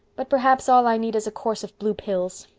but perhaps all i need is a course of blue pills.